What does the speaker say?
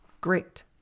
great